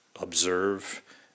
observe